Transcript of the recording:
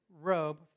robe